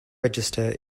register